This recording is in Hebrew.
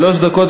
שלוש דקות.